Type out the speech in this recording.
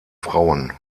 frauen